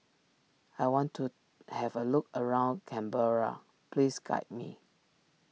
I want to have a look around Canberra please guide me